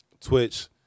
Twitch